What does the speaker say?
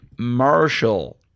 Marshall